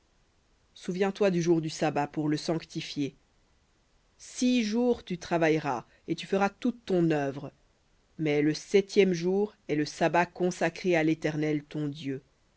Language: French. du jour du sabbat pour le sanctifier six jours tu travailleras et tu feras toute ton œuvre mais le septième jour est le sabbat à l'éternel ton dieu